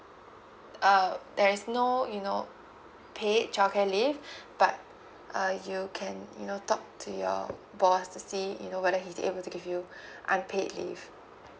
uh there is no you know paid child care leave but uh you can you know talk to your boss to see you know whether he's able to give you unpaid leave